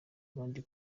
abandi